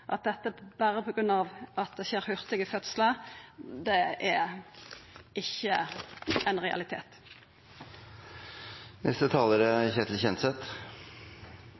at dette berre er på grunn av at det skjer hurtige fødslar, er ikkje ein realitet.